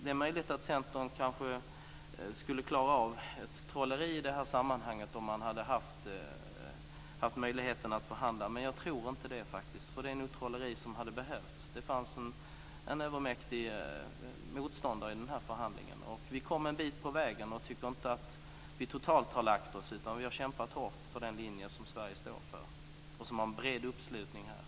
Det är möjligt att Centern kanske kunde ha trollat i det här sammanhanget om man hade haft möjlighet att förhandla, men jag tror inte det. Annars är nog trolleri det som hade behövts. Det fanns en övermäktig motståndare i den här förhandlingen. Vi kom en bit på vägen och tycker inte att vi totalt har lagt oss. Vi har kämpat hårt för den linje som Sverige står för och som har en bred uppslutning här.